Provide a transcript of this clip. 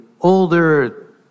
older